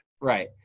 Right